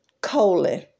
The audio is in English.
colon